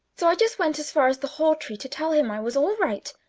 so i just went as far as the haw tree to tell him i was all right,